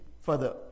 further